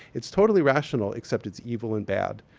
it's totally rational except it's evil and bad.